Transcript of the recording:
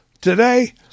today